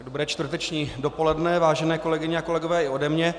Dobré čtvrteční dopoledne, vážené kolegyně a kolegové, i ode mne.